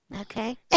Okay